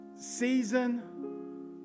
season